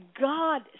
God